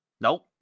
Nope